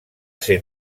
ser